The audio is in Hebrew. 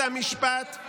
אז תעשו,